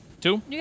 two